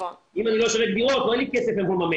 אם אני לא אשווק דירות, לא יהיה לי כסף למימון.